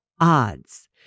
odds